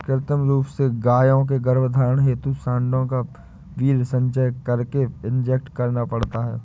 कृत्रिम रूप से गायों के गर्भधारण हेतु साँडों का वीर्य संचय करके इंजेक्ट करना पड़ता है